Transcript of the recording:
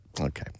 Okay